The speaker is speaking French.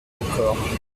encore